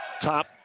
top